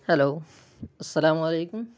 hello السلام علیکم